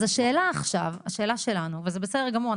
אז השאלה עכשיו וזה בסדר גמור,